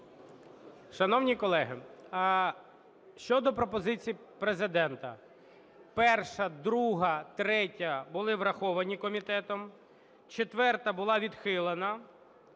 Шановні колеги, щодо пропозицій Президента. Перша, друга, третя були враховані комітетом. Четверта була відхилена.